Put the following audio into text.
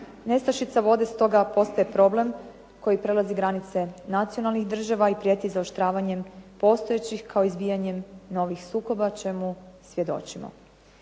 Nestašica vode stoga postaje problem koji prelazi granice nacionalnih država i prijeti zaoštravanjem postojećih kao izbijanjem novih sukoba čemu svjedočimo.